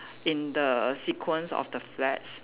in the sequence of the flag